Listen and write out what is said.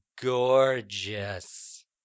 gorgeous